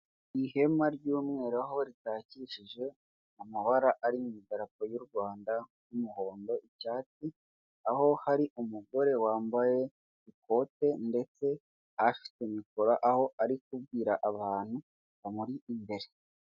Ihema ry'umweru aho ritakishije amabara ari mu idarapo y'u Rwanda y'umuhondo, icyatsi, aho hari umugore wambaye ikote ndetse afite bikoro aho ari kubwira abantu bamuri imbere.